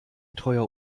treuer